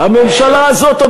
זה רציני?